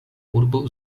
urbo